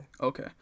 Okay